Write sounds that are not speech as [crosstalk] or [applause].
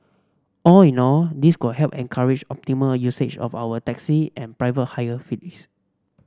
all in all this could help encourage optimal usage of our taxi and private hire [unintelligible]